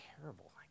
terrible